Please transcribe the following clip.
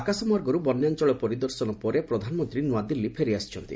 ଆକାଶମାର୍ଗରୁ ବନ୍ୟାଞ୍ଚଳ ପରିଦର୍ଶନ ପରେ ପ୍ରଧାନମନ୍ତ୍ରୀ ନୃଆଦିଲ୍ଲୀ ଫେରିଆସିଛନ୍ତି